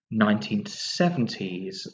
1970s